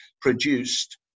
produced